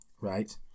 Right